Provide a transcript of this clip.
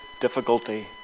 difficulty